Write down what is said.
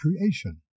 creation